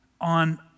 on